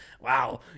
wow